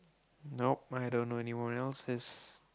no I don't know anyone else he's